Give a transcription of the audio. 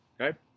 Okay